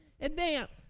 Advance